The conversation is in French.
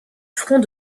front